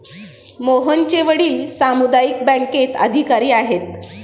मोहनचे वडील सामुदायिक बँकेत अधिकारी आहेत